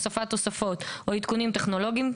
הוספת תוספות או עדכונים טכנולוגיים,